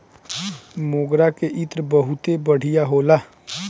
मोगरा के इत्र बहुते बढ़िया होला